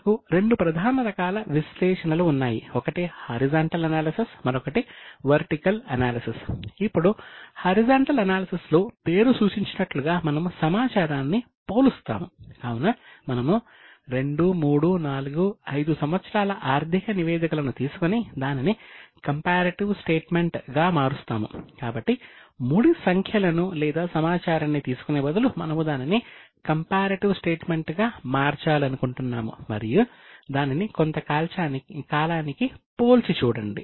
మనకు రెండు ప్రధాన రకాల విశ్లేషణలు ఉన్నాయి ఒకటి హారిజంటల్ అనాలసిస్ గా మార్చాలనుకుంటున్నాము మరియు దానిని కొంత కాలానికి పోల్చి చూడండి